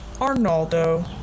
arnaldo